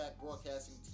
Broadcasting